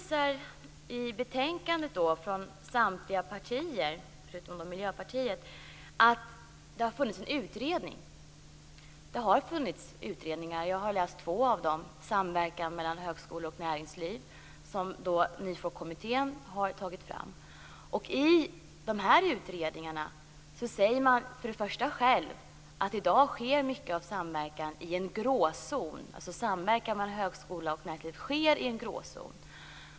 Samtliga partier utom Miljöpartiet hänvisar i betänkandet till utredningen Samverkan mellan högskolan och näringslivet som NYFOR-kommittén tagit fram. Det finns utredningar; jag har läst två av dem. I de utredningarna säger man att mycket av samverkan mellan högskola och näringsliv i dag sker i en gråzon.